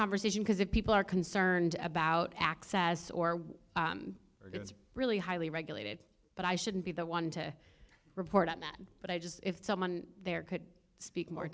conversation because if people are concerned about access or are it's really highly regulated but i shouldn't be the one to report on that but i just if someone there could speak more